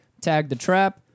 TagTheTrap